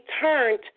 turned